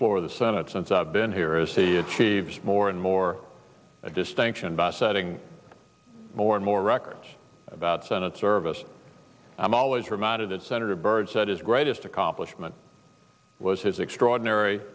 floor of the senate since i've been here is here chivas more and more that distinction by setting more and more records about senate service i'm always reminded that senator byrd said his greatest accomplishment was his extraordinary